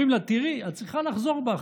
אומרים לה: תראי, את צריכה לחזור בך,